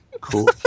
Cool